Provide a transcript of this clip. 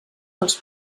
dels